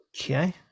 Okay